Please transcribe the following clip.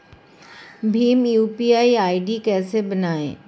Bhim UPI ID कैसे बनाएं?